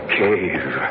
cave